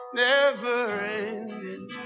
never-ending